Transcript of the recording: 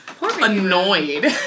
annoyed